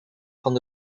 van